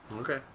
Okay